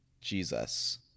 Jesus